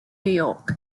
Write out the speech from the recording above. york